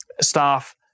staff